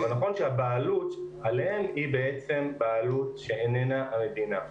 אבל נכון שהבעלות עליהם היא בעצם בעלות שאיננה של המדינה.